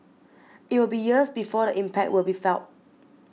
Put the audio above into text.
it will be years before the impact will be felt